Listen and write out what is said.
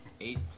eight